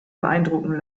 beeindrucken